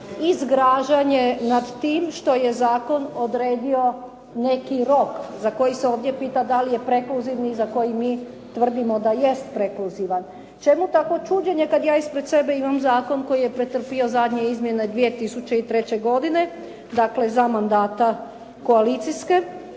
i zgražanje nad tim što je zakon odredio neki rok za koji se ovdje pita da li je prekluzivni za koji mi tvrdimo da jest prekluzivan. Čemu takvo čuđenje kad ja ispred sebe imam zakon koji je pretrpio zadnje izmjene 2003. godine, dakle za mandata koalicijske